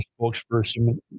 spokesperson